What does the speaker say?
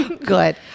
Good